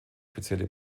spezielle